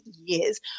years